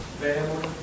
family